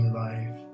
life